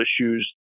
issues